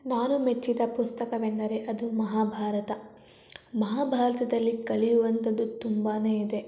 ನಾನು ಮೆಚ್ಚಿದ ಪುಸ್ತಕವೆಂದರೆ ಅದು ಮಹಾಭಾರತ ಮಹಾಭಾರತದಲ್ಲಿ ಕಲಿಯುವಂಥದ್ದು ತುಂಬಾ ಇದೆ